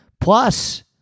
plus